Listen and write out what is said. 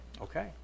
Okay